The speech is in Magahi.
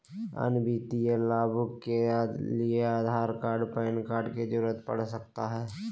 अन्य वित्तीय लाभ के लिए आधार कार्ड पैन कार्ड की जरूरत पड़ सकता है?